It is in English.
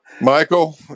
Michael